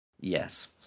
Yes